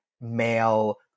male